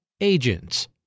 Agents